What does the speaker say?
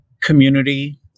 community